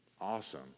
awesome